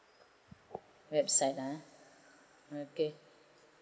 website ah okay